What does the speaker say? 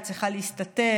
היא צריכה להסתתר,